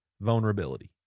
Vulnerability